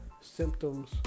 symptoms